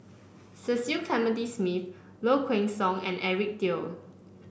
Cecil Clementi Smith Low Kway Song and Eric Teo